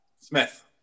Smith